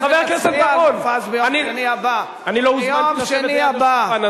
ונצביע על מופז ביום שני הבא.